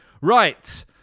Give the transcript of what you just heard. Right